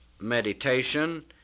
meditation